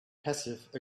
passive